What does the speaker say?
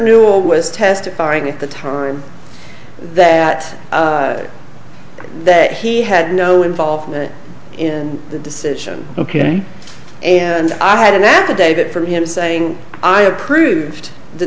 newell was testifying at the time that that he had no involvement in the decision ok and i had an affidavit from him saying i approved the